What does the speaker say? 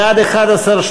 בעד, 11,